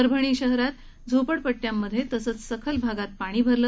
परभणी शहरात झोपडपट्यांमध्ये तसंच सखल भागात पाणी भरलं